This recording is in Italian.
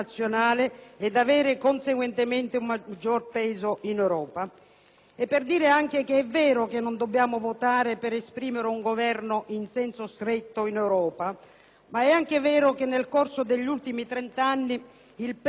è vero che non dobbiamo votare per esprimere un Governo in senso stretto, ma è anche vero che, nel corso degli ultimi trent'anni, il peso del Parlamento europeo è enormemente cresciuto e si configura oggi